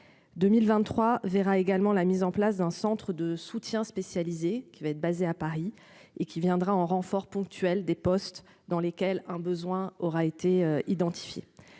2023 verra également la mise en place d'un centre de soutien spécialisé qui va être basé à Paris et qui viendra en renfort ponctuel des postes dans lesquels un besoin aura été identifié